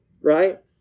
right